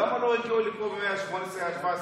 למה לא הגיעו לפה במאה ה-17 וה-18?